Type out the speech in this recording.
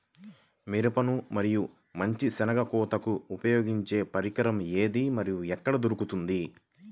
మినుము మరియు మంచి శెనగ కోతకు ఉపయోగించే పరికరం ఏది మరియు ఎక్కడ దొరుకుతుంది?